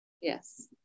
Yes